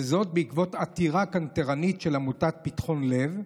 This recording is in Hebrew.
וזאת בעקבות עתירה קנטרנית של עמותת פתחון לב,